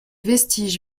vestiges